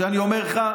שאני אומר לך,